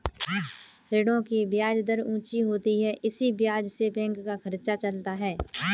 ऋणों की ब्याज दर ऊंची होती है इसी ब्याज से बैंक का खर्चा चलता है